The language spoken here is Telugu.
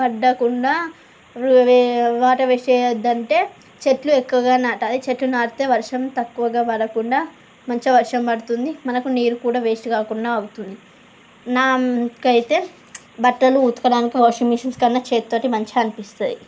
పడ్డకుండా వాటర్ వేస్ట్ చేయొద్దంటే చెట్లు ఎక్కువగా నాటాలి చెట్లు నాటితే వర్షం తక్కువగా పడకుండా మంచిగా వర్షం పడుతుంది మనకు నీరు కూడా వేస్ట్ కాకుండా అవుతుంది నాకైతే బట్టలు ఉతకడానికి వాషింగ్ మిషన్స్ కన్నా చేత్తోటే మంచిగా అనిపిస్తుంది